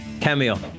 cameo